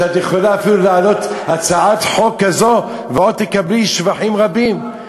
שאת יכולה אפילו להעלות הצעת חוק כזאת ועוד תקבלי שבחים רבים.